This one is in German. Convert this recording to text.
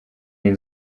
den